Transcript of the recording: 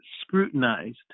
scrutinized